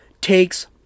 takes